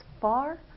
far